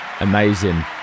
Amazing